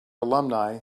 alumni